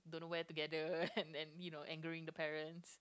don't know where together and and you know angering the parents